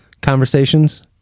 conversations